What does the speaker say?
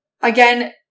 Again